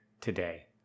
today